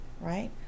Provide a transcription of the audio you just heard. right